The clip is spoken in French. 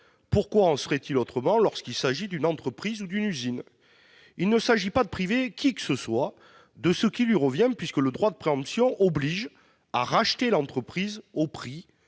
Pourquoi en irait-il autrement lorsqu'il s'agit d'une entreprise ou d'une usine ? Il ne s'agit pas de priver qui que ce soit de ce qui lui revient, puisque l'exercice du droit de préemption oblige à racheter l'entreprise au prix